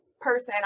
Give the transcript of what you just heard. person